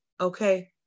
Okay